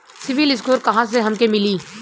CIBIL score कहाँसे हमके मिली?